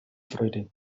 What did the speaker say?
freude